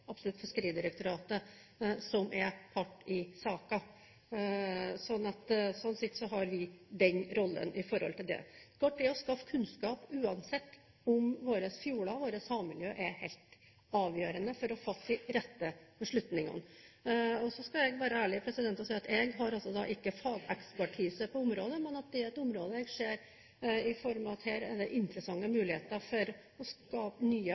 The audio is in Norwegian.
Fiskeridirektoratet, som er part i saken. Det er den rollen vi har her. Uansett, det er klart at det å skaffe seg kunnskap om våre fjorder og havmiljø er helt avgjørende for å fatte de rette beslutningene. Så skal jeg være ærlig og si at jeg ikke har fagekspertise på dette området, men det er et område der jeg ser at det er interessante muligheter for å skape nye